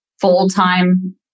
full-time